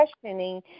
questioning